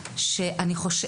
לפצח.